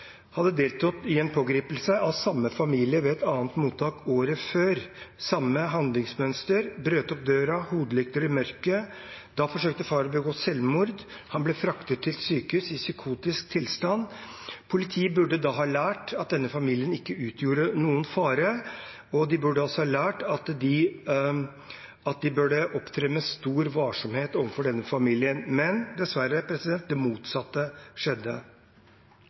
hadde deltatt i en pågripelse av samme familie ved et annet mottak året før – samme handlingsmønster, de brøt opp døra, hodelykter i mørket. Da forsøkte far å begå selvmord, og han ble fraktet til sykehus i psykotisk tilstand. Politiet burde da ha lært at denne familien ikke utgjorde noen fare, og de burde også ha lært at de burde opptre med stor varsomhet overfor denne familien. Men dessverre – det motsatte skjedde.